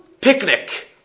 picnic